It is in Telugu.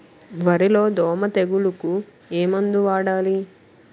వరిలో దోమ తెగులుకు ఏమందు వాడాలి?